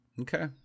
okay